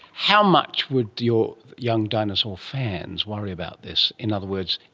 how much would your young dinosaur fans worry about this? in other words,